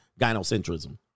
gynocentrism